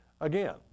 again